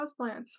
houseplants